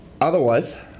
Otherwise